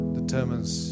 determines